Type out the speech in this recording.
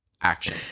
action